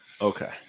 Okay